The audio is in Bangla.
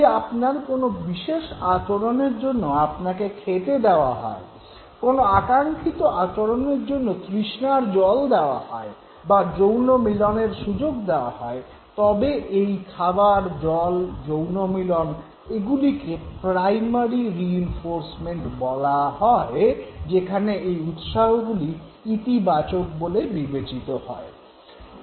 যদি আপনার কোনো বিশেষ আচরণের জন্য আপনাকে খেতে দেওয়া হয় কোনো আকাঙ্ক্ষিত আচরণের জন্য তৃষ্ণার জল দেওয়া হয় বা যৌনমিলনের সুযোগ দেওয়া হয় তবে এই খাবার জল যৌনমিলন - এগুলিকে প্রাইমারি রিইনফোর্সমেন্ট বলা হয় যেখানে এই উৎসাহগুলি ইতিবাচক বলে বিবেচিত হয়